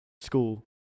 school